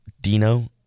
Dino